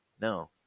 no